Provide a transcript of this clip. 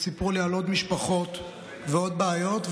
ועוד בעיות,